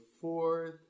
fourth